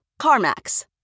CarMax